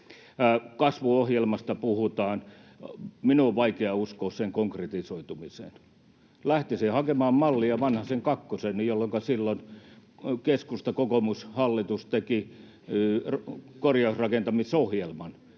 Kasvuohjelmasta puhutaan. Minun on vaikea uskoa sen konkretisoitumiseen. Lähtisin hakemaan mallia Vanhasen kakkoselta, jolloinka keskusta—kokoomus-hallitus teki korjausrakentamisohjelman.